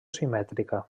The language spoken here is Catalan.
simètrica